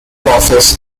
office